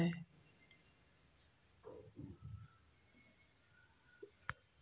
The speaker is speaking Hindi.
रबी का मौसम अक्टूबर से फरवरी के बीच में होता है